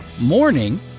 Morning